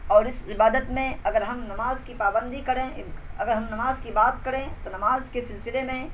اور اس عبادت میں اگر ہم نماز کی پابندی کریں اگر ہم نماز کی بات کریں تو نماز کے سلسلے میں